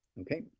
Okay